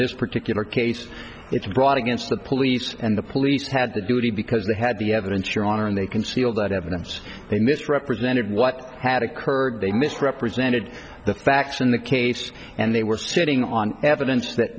this particular case it's brought against the police and the police had the duty because they had the evidence your honor and they concealed that evidence they misrepresented what had occurred they misrepresented the facts in the case and they were sitting on evidence that